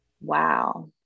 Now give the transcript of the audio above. wow